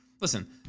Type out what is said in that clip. Listen